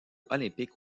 olympique